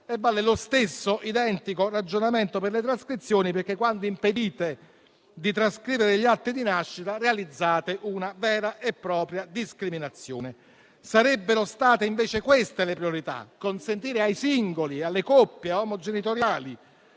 Vale lo stesso identico ragionamento per le trascrizioni, perché, quando impedite di trascrivere gli atti di nascita, realizzate una vera e propria discriminazione. Sarebbero state invece queste le priorità: consentire ai singoli e alle coppie omogenitoriali